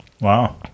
Wow